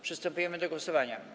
Przystępujemy do głosowania.